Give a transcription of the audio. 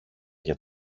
για